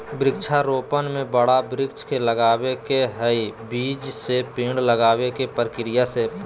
वृक्षा रोपण में बड़ा वृक्ष के लगावे के हई, बीज से पेड़ लगावे के प्रक्रिया से हई